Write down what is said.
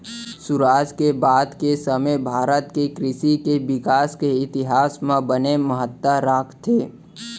सुराज के बाद के समे भारत के कृसि के बिकास के इतिहास म बने महत्ता राखथे